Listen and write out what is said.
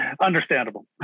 Understandable